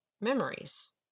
memories